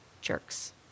Jerks